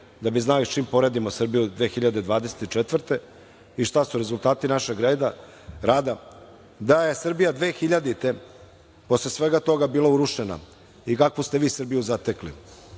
da bi znali sa čim poredimo Srbiju 2024. godine i šta su rezultati našeg rada, da je Srbija 2000. godine, posle svega toga bila urušena i kakvu ste vi Srbiju zatekli,